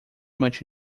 much